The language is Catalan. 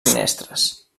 finestres